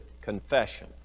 confession